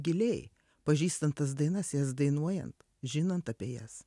giliai pažįstant tas dainas jas dainuojant žinant apie jas